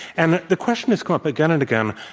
and the question has come up again and again,